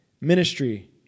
Ministry